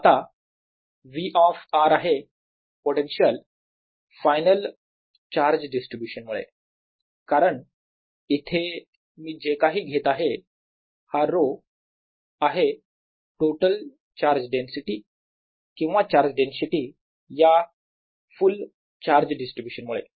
आता V of r आहे potential final charge distribution मुळे कारण इथे मी जे काही घेत आहे हा ρ आहे टोटल चार्ज डेन्सिटी किंवा चार्ज डेन्सिटी या फुल चार्ज डिस्ट्रीब्यूशन मुळे